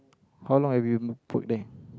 how long have you worked there